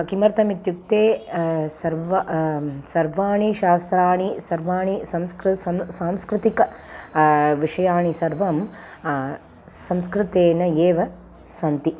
किमर्थम् इत्युक्ते सर्व सर्वाणि शास्त्राणि सर्वाणि संस्कृ सं सांस्कृतिकविषयानि सर्वं संस्कृतेन एव सन्ति